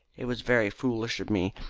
it was very foolish of me.